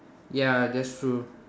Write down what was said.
ya that's true